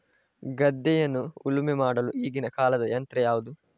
ಗದ್ದೆಯನ್ನು ಉಳುಮೆ ಮಾಡಲು ಈಗಿನ ಕಾಲದ ಯಂತ್ರ ಯಾವುದು?